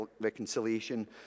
reconciliation